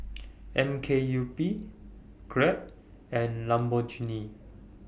M K U P Grab and Lamborghini